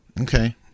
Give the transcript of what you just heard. Okay